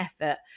effort